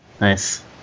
Nice